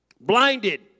blinded